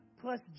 plus